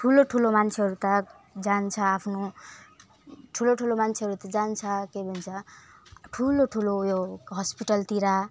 ठुलो ठुलो मान्छेहरू त जान्छ आफ्नो ठुलो ठुलो मान्छेहरू त जान्छ के भन्छ ठुलो ठुलो उयो हस्पिटलतिर